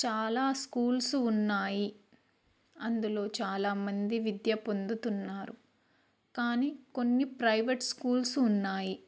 చాలా స్కూల్స్ ఉన్నాయి అందులో చాలామంది విద్య పొందుతున్నారు కానీ కొన్ని ప్రైవేట్ స్కూల్స్ ఉన్నాయి